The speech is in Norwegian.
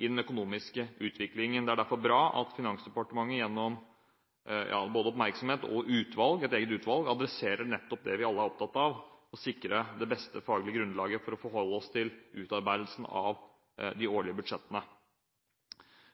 i den økonomiske utviklingen. Det er derfor bra at Finansdepartementet, gjennom både oppmerksomhet og et eget utvalg, adresserer nettopp det vi alle er opptatt av: Å sikre et best mulig faglig grunnlag å forholde seg til i utarbeidelsen av de årlige budsjettene.